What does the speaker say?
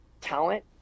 talent